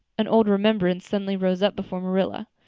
an old remembrance suddenly rose up before marilla.